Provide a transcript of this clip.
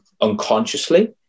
unconsciously